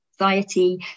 anxiety